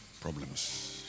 problems